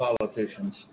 politicians